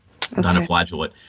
dinoflagellate